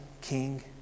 king